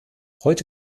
heute